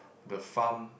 the farm